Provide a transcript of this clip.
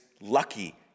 lucky